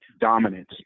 dominance